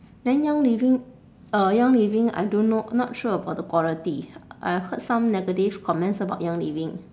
then young living uh young living I don't know not sure about the quality I heard some negative comments about young living